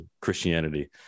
Christianity